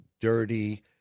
dirty